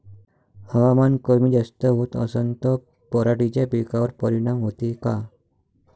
हवामान कमी जास्त होत असन त पराटीच्या पिकावर परिनाम होते का?